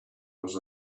was